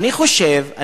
לא סוד.